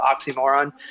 oxymoron